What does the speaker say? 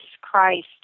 Christ